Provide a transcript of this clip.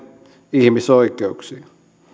ihmisoikeuksia